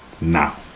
Now